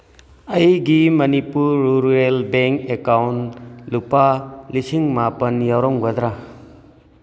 ꯑꯩꯒꯤ Manipur rural bank account ꯂꯨꯄꯥ ꯂꯤꯁꯤꯡ ꯃꯥꯄꯜ ꯌꯥꯎꯔꯝꯒꯗ꯭ꯔꯥ